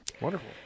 wonderful